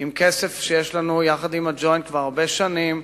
בכסף שיש לנו, יחד עם ה"ג'וינט", כבר הרבה שנים,